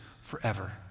forever